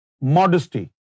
modesty